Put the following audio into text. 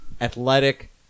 Athletic